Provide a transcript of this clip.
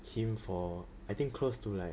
him for I think close to like